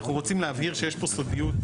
ואנחנו רוצים להבהיר שיש פה סודיות.